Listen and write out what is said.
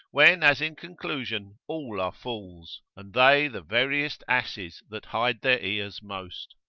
when as in conclusion all are fools, and they the veriest asses that hide their ears most.